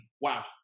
Wow